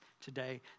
today